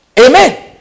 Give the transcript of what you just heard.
Amen